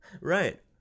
Right